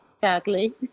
Sadly